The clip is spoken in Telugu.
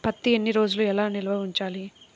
పత్తి ఎన్ని రోజులు ఎలా నిల్వ ఉంచాలి?